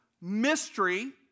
mystery